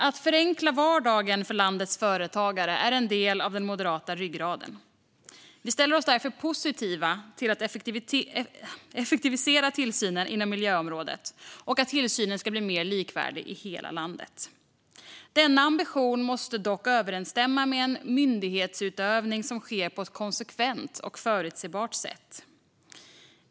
Att förenkla vardagen för landets företagare är en del av den moderata ryggraden. Vi ställer oss därför positiva till att effektivisera tillsynen inom miljöområdet och att tillsynen ska bli mer likvärdig i hela landet. Denna ambition måste dock överensstämma med en myndighetsutövning som sker på ett konsekvent och förutsebart sätt.